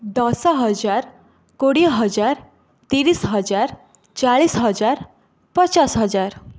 ଦଶ ହଜାର କୋଡ଼ିଏ ହଜାର ତିରିଶ ହଜାର ଚାଳିଶ ହଜାର ପଚାଶ ହଜାର